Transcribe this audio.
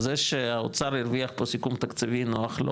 זה שהאוצר הרוויח פה סיכום תקציבי נוח לו